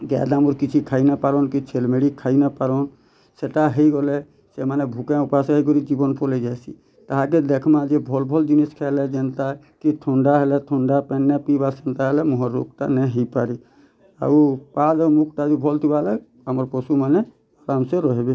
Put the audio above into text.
ଗାଈ ଟା ଆମର୍ କିଛି ଖାଇ ନ ପାରନ୍ କିଛି ଛେଲ୍ ମେଢ଼ଇ ଖାଇ ନ ପାରନ୍ ସେଇଟା ହେଇଗଲେ ସେମାନେ ଭୁକେ ଉପାସେ କରି ଜୀବନ୍ ପଳେଇ ଯାଇସି ତାହାକେ ଦେଖମା ଯେ ଭଲ୍ ଭଲ୍ ଜିନିଷ୍ କେ ହେଲେ ଯେନ୍ତା କି ଥଣ୍ଡା ହେଲେ ଥଣ୍ଡା ପାଣି ପିଇବା ସେନ୍ତା ହେଲେ ମୁହଁ ରୋଗ ଟା ନେଇଁ ହେଇ ପାରି ଆଉ ତାହାକେ ମୁଖ ଟା ବି ଭଲ୍ ଥିବା ବେଲେ ଆମର୍ ପଶୁ ମାନେ ଆରମ୍ ସେ ରହିବେ